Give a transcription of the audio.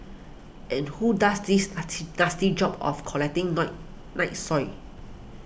and who does this natty nasty job of collecting night night soil